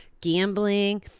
Gambling